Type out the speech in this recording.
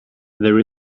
there